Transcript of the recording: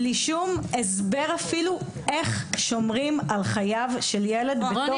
בלי שום הסבר אפילו איך שומרים על חייו של ילד בתוך גן ילדים.